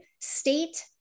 state